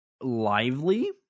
lively